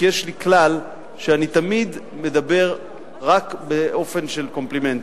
כי יש לי כלל שאני תמיד מדבר רק באופן של קומפלימנטים,